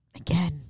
again